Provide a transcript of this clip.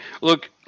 Look